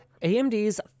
AMD's